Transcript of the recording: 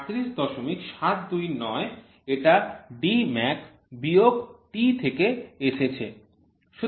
এই ৩৮৭২৯ এটা D max বিয়োগ t থেকে এসেছে